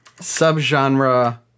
subgenre